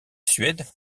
suède